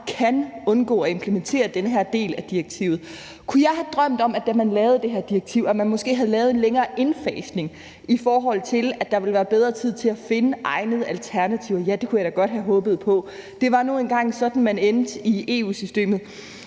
kan undgå at implementere den her del af direktivet. Kunne jeg have drømt om, at da man lavede det her direktiv, havde man måske lavet en længere indfasning, i forhold til at der ville være bedre tid til at finde egnede alternativer? Ja, det kunne jeg da godt have håbet på. Det var nu engang sådan, man endte i EU-systemet.